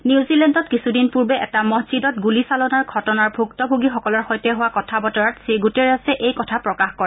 নিউজিলেণ্ডত কিছদিন পূৰ্বে এটা মছজিদত গুলীচালনাৰ ঘটনাৰ ভুক্তভোগীসকলৰ সৈতে হোৱা কথা বতৰাত শ্ৰীশুটেৰেছে এই কথা প্ৰকাশ কৰে